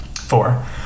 Four